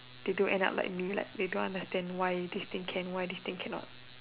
they don't end up like me like they don't understand why this thing can this thing cannot